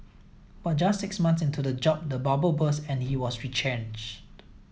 but just six months into the job the bubble burst and he was retrenched